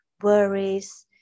worries